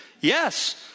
Yes